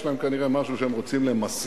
יש להם כנראה משהו שהם רוצים למסך.